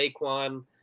saquon